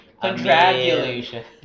Congratulations